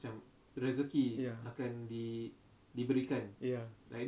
ya